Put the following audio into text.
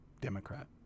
Democrat